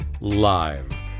live